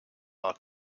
are